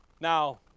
Now